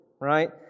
right